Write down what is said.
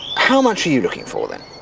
how much are you looking for then?